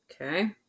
Okay